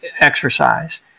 exercise